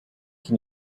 qui